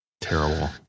terrible